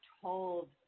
told